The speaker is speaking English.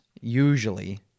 usually